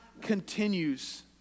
continues